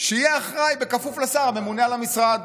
שיהיה אחראי, בכפוף לשר הממונה על המשרד,